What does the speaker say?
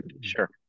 sure